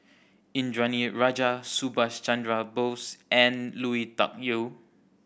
Indranee Rajah Subhas Chandra Bose and Lui Tuck Yew